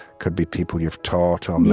could be people you've taught or um and